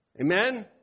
Amen